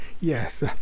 Yes